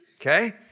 okay